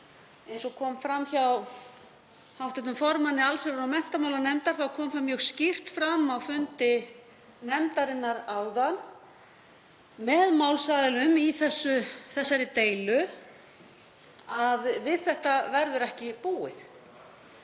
Eins og kom fram hjá hv. formanni allsherjar- og menntamálanefndar þá kom það mjög skýrt fram á fundi nefndarinnar áðan með málsaðilum í þessari deilu að við þetta verður ekki búið.